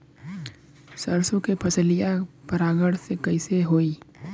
सरसो के फसलिया परागण से कईसे होई?